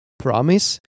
promise